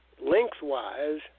lengthwise